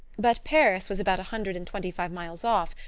but paris was about a hundred and twenty-five miles off,